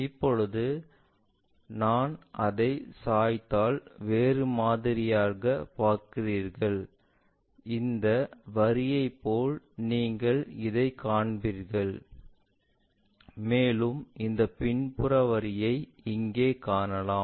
இப்போது நான் அதை சாய்த்தால் வேறு மாதிரியாக பார்க்கிறீர்கள் இந்த வரியைப் போல நீங்கள் இதைக் காண்பீர்கள் மேலும் இந்த பின்புற வரியை இங்கே காணலாம்